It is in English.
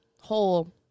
whole